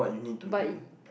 but